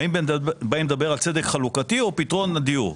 האם באים לדבר על צדק חלוקתי או על פתרון הדיור?